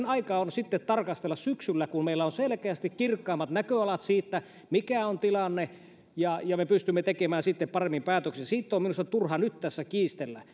aika tarkastella sitten syksyllä kun meillä on selkeästi kirkkaammat näköalat siitä mikä on tilanne ja ja me pystymme tekemään paremmin päätöksiä siitä on minusta turha nyt tässä kiistellä